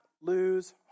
lose